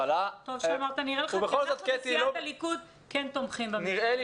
טוב שאמרת שנראה לך כי אנחנו בסיעת הליכוד כן תומכים במתווה.